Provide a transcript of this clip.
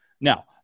Now